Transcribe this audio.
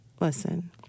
Listen